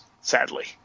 sadly